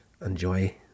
enjoy